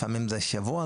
לפעמים זה שבוע,